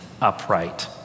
upright